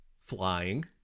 Flying